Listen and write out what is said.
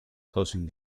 closing